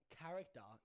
character